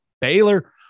Baylor